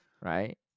right